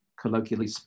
colloquially